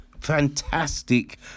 fantastic